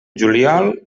juliol